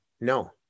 no